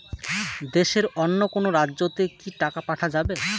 দেশের অন্য কোনো রাজ্য তে কি টাকা পাঠা যাবে?